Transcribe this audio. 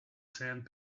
sand